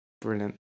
Brilliant